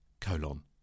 Colon